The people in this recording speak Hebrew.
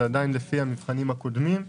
זה עדיין לפי המבחנים הקודמים.